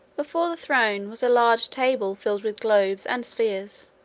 before the throne, was a large table filled with globes and spheres,